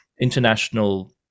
international